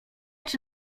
czy